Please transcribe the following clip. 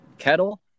Kettle